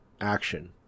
action